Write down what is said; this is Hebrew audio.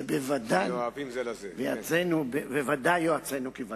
וזה בוודאי יועצינו כבתחילה.